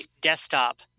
desktop